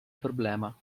problema